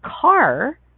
car